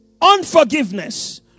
unforgiveness